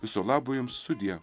viso labo jums sudie